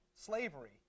slavery